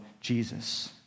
Jesus